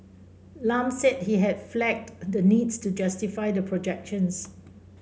Lam said he had flagged the need to justify the projections